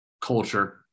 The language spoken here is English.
culture